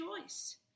choice